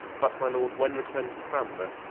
but my lord when returnes cranmer?